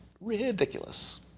Ridiculous